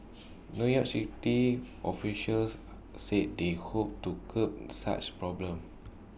new york city officials said they hoped to curb such problems